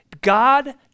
God